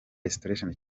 restoration